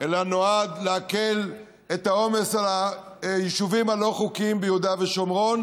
אלא הוא נועד להקל את העומס על היישובים הלא-חוקיים ביהודה ושומרון.